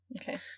Okay